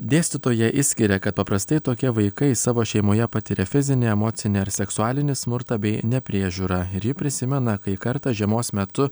dėstytoja išskiria kad paprastai tokie vaikai savo šeimoje patiria fizinį emocinį ar seksualinį smurtą bei nepriežiūrą ir ji prisimena kai kartą žiemos metu